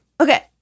Okay